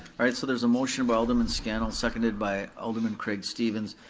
alright, so there's a motion by alderman scannell, seconded by alderman craig stevens,